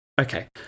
okay